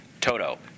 Toto